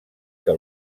que